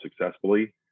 successfully